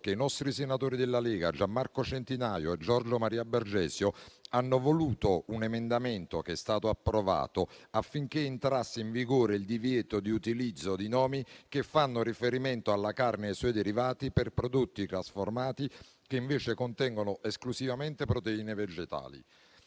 che i senatori della Lega Gianmarco Centinaio e Giorgio Maria Bergesio hanno voluto un emendamento, che è stato approvato, affinché entrasse in vigore il divieto di utilizzo di nomi che fanno riferimento alla carne e ai suoi derivati per prodotti trasformati, che invece contengono esclusivamente proteine vegetali.